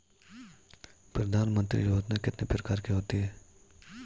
प्रधानमंत्री योजना कितने प्रकार की होती है?